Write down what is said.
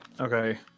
Okay